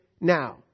now